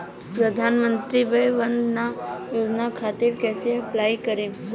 प्रधानमंत्री वय वन्द ना योजना खातिर कइसे अप्लाई करेम?